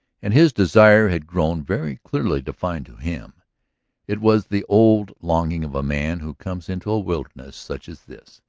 and his desire had grown very clearly defined to him it was the old longing of a man who comes into a wilderness such as this,